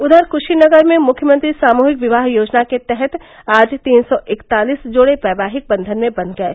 उधर कुशीनगर में मुख्यमंत्री सामूहिक विवाह योजना के तहत आज तीन सौ इकतालीस जोड़े वैवाहिक बन्धन में बंध गये